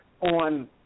on